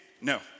No